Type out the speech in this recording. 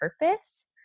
purpose